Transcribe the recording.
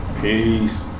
Peace